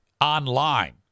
Online